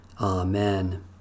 Amen